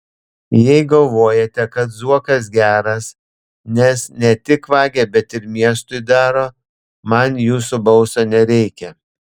jei galvojate kad zuokas geras nes ne tik vagia bet ir miestui daro man jūsų balso nereikia